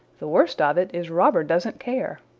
the worst of it is robber doesn't care.